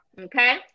Okay